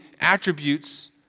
attributes